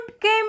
came